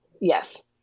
Yes